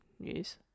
news